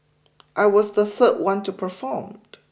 I was the third one to perform